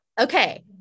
Okay